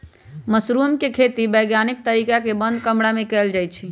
mushroom के खेती वैज्ञानिक तरीका से बंद कमरा में कएल जाई छई